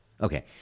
okay